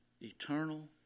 Eternal